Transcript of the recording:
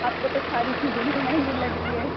آپ کو تو ساری چیزیں ہی مہنگی لگ رہی ہے